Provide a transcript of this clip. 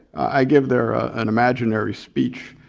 i give there an imaginary speech.